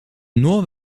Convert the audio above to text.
nur